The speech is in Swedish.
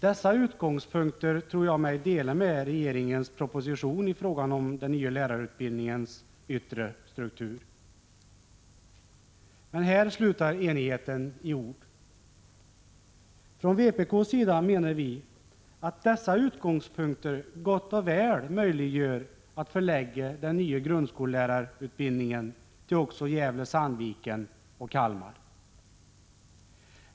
Dessa utgångspunkter i fråga om den nya lärarutbildningens yttre struktur tror jag att propositionsförfattaren och jag är ense om. Men här slutar enigheten i ord. Från vpk:s sida menar vi att dessa utgångspunkter gott och väl gör det möjligt att förlägga den nya grundskollärarutbildningen till också Gävle Sandviken och Kalmar.